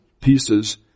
pieces